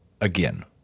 again